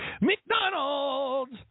McDonald's